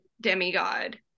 demigod